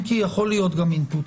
אם כי יכול להיות גם אינפוט.